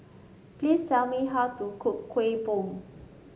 please tell me how to cook Kuih Bom